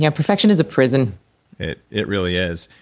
yeah perfection is a prison it it really is.